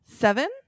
seven